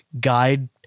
guide